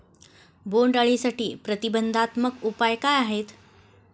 बोंडअळीसाठी प्रतिबंधात्मक उपाय काय आहेत?